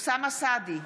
אוסאמה סעדי,